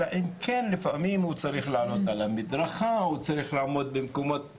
אלא אם כן הוא צריך לעלות על המדרכה או לעמוד במקומות